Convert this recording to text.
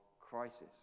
crisis